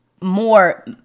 more